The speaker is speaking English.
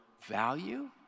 value